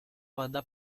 banda